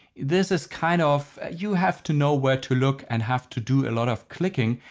this is kind of, you have to know where to look and have to do a lot of clicking.